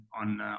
on